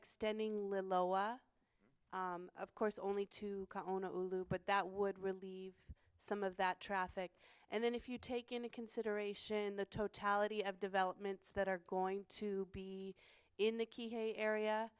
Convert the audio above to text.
extending of course only to lou but that would relieve some of that traffic and then if you take into consideration the totality of developments that are going to be in the area